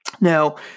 Now